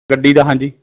ਗੱਡੀ ਦਾ ਹਾਂਜੀ